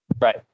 right